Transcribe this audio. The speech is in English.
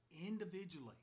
individually